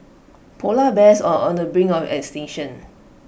Polar Bears are on the brink of extinction